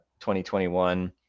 2021